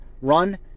run